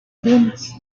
plumas